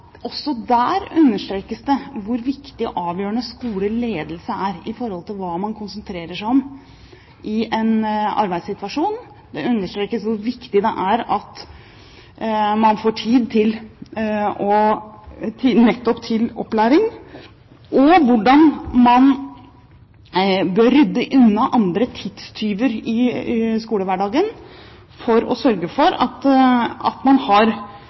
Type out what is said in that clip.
Også der understrekes det hvor viktig og avgjørende skoleledelse er for hva man konsentrerer seg om i en arbeidssituasjon. Det understrekes hvor viktig det er at man får tid nettopp til opplæring, og hvordan man bør rydde unna andre tidstyver i skolehverdagen for å sørge for at man har